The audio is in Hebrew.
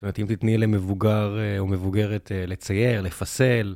זאת אומרת, אם תתני למבוגר או מבוגרת, לצייר, לפסל.